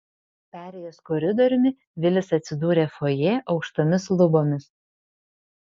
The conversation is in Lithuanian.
perėjęs koridoriumi vilis atsidūrė fojė aukštomis lubomis